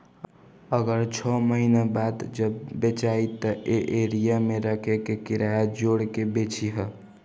अगर छौ महीना बाद जब बेचायी त ए एरिया मे रखे के किराया जोड़ के बेची ह